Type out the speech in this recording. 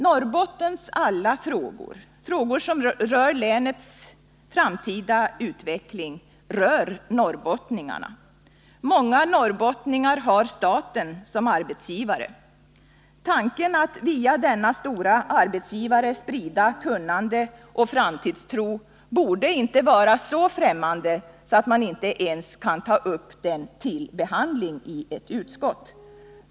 Norrbottens alla frågor — frågor som rör länets framtida utveckling — rör också norrbottning arna. Många norrbottningar har staten som arbetsgivare. Tanken att via denna stora arbetsgivare sprida kunnande och framtidstro borde inte vara så främmande att man inte ens kan ta upp den till behandling i ett utskott.